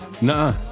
Nah